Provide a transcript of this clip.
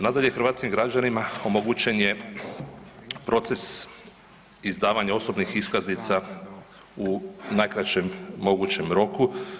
Nadalje, hrvatskim građanima omogućen je proces izdavanja osobnih iskaznica u najkraćem mogućem roku.